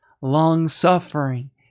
long-suffering